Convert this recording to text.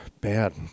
bad